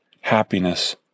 happiness